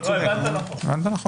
הבנת נכון.